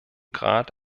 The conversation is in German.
grad